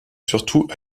surtout